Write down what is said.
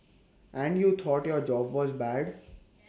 and you thought your job was bad